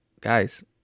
Guys